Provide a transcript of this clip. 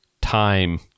time